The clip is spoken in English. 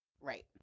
right